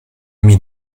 mich